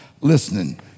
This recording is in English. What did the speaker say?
listening